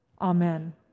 Amen